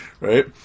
right